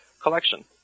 collection